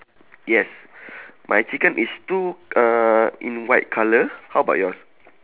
yes my chicken is two uh in white colour how about yours